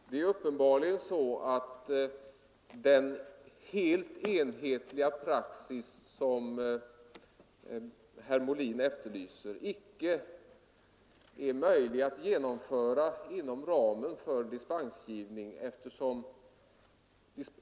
Herr talman! Det är uppenbarligen så att den helt enhetliga praxis som herr Molin efterlyser icke är möjlig att genomföra inom ramen för dispensgivningen.